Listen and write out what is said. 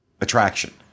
attraction